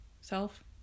self